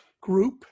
group